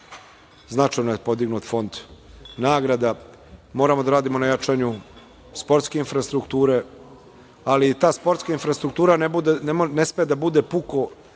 značajno je podignut fond nagrada. Moramo da radimo na jačanju sportske infrastrukture, ali i ta sportska infrastruktura ne sme da bude puko